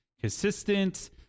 consistent